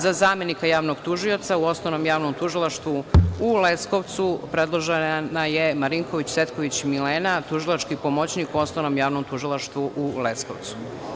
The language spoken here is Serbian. Za zamenika javnog tužioca u Osnovnom javnom tužilaštvu u Leskovcu predložena je Marinković Cvetković Milena, tužilački pomoćnik u Osnovnom javnom tužilaštvu u Leskovcu.